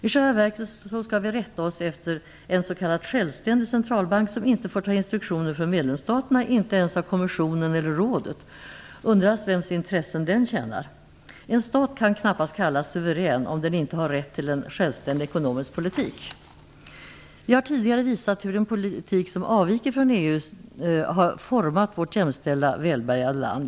I själva verket skall vi rätta oss efter en s.k. självständig centralbank som inte får ta instruktioner av medlemsstaterna, inte ens av kommissionen eller rådet. Undras vems intressen den tjänar? En stat kan knappast kallas suverän om den inte har rätt till en självständig ekonomisk politik. Vi har tidigare visat hur en politik som avviker från EU:s har format vårt jämställda, välbärgade land.